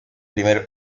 primer